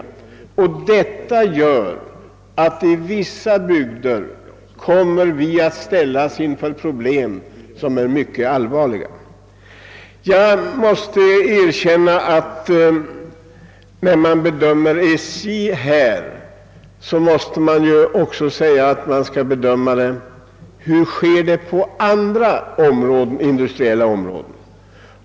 Detta gör att vi i vissa bygder kommer att ställas inför mycket allvarliga problem. När man bedömer SJ, måste man också fråga: Hur sker det på andra industriella områden?